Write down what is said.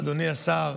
אדוני השר,